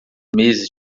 meses